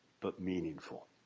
but meaningful.